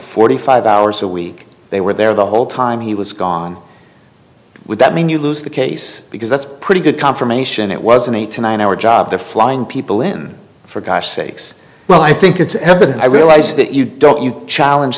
forty five hours a week they were there the whole time he was gone would that mean you lose the case because that's pretty good confirmation it was an eight to nine hour job there flying people in for gosh sakes well i think it's evident i realize that you don't you challenge